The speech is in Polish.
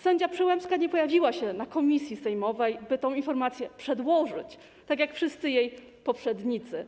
Sędzia Przyłębska nie pojawiła się na posiedzeniu komisji sejmowej, by tę informację przedłożyć, tak jak wszyscy jej poprzednicy,